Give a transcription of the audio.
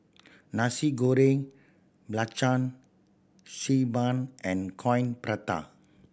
Nasi Goreng Belacan Xi Ban and Coin Prata